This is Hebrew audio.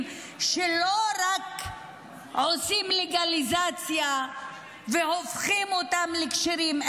שלא רק עושים לגליזציה והופכים אותן לכשירות,